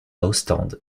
ostende